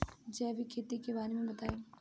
जैविक खेती के बारे में बताइ